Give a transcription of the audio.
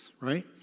right